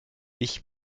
ich